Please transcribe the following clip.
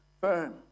firm